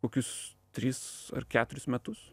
kokius tris ar keturis metus